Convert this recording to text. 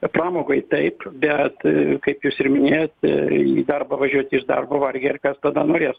pramogai taip bet kaip jūs ir minėjot į darbą važiuoti iš darbo vargiai ar kas tada norės